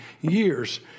years